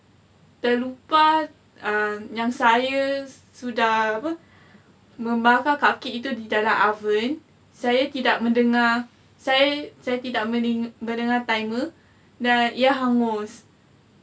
terlupa err yang saya sudah apa membakar cupcake itu di dalam oven saya tidak mendengar saya saya tidak mendengar timer dan ia hangus